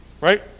Right